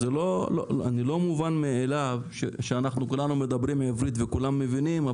זה לא מובן מאליו שאנחנו כולנו מדברים עברית וכולם מבינים,